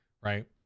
right